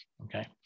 Okay